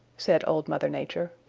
said old mother nature.